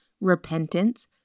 repentance